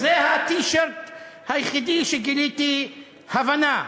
זה הטי-שירט היחידי שגיליתי הבנה.